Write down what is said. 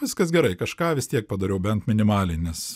viskas gerai kažką vis tiek padariau bent minimaliai nes